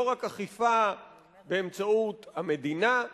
לא רק אכיפה באמצעות המדינה,